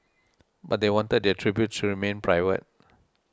but they wanted their tributes to remain private